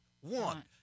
One